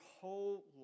whole